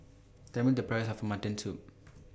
Tell Me The Price of Mutton Soup